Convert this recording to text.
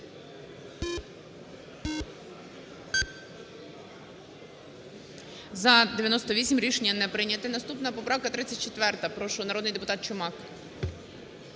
За-98 Рішення не прийнято. Наступна поправка – 34-а. Прошу, народний депутат Чумак.